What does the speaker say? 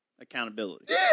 accountability